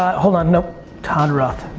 hold on, nope, todd ruth.